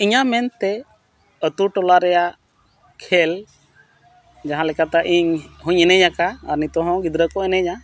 ᱤᱧᱟᱹᱜ ᱢᱮᱱᱛᱮ ᱟᱛᱳᱼᱴᱚᱞᱟ ᱨᱮᱭᱟᱜ ᱠᱷᱮᱹᱞ ᱡᱟᱦᱟᱸ ᱞᱮᱠᱟᱛᱮ ᱤᱧᱦᱚᱧ ᱮᱱᱮᱡ ᱟᱠᱟᱫᱟ ᱟᱨ ᱱᱤᱛᱳᱜ ᱦᱚᱸ ᱜᱤᱫᱽᱨᱟᱹ ᱠᱚ ᱮᱱᱮᱡᱟ